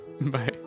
Bye